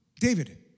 David